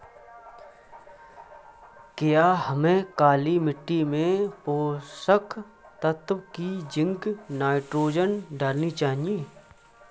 क्या हमें काली मिट्टी में पोषक तत्व की जिंक नाइट्रोजन डालनी चाहिए?